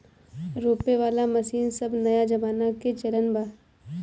रोपे वाला मशीन सब नया जमाना के चलन बा